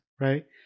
right